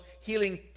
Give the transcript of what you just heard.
healing